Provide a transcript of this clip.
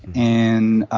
and